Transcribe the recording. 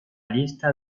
lista